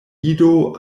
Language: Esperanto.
ido